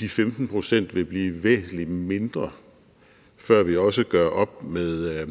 de 15 pct. vil blive væsentlig mindre, før vi også gør op med